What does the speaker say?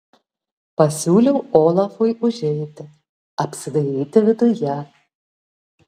pasiūliau olafui užeiti apsidairyti viduje